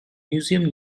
museum